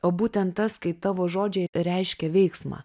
o būtent tas kai tavo žodžiai reiškia veiksmą